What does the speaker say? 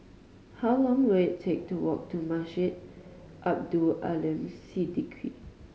how long will it take to walk to Masjid Abdul Aleem Siddique